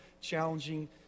challenging